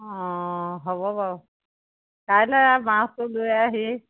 অঁ হ'ব বাৰু কাইলৈ মাছটো লৈ আহি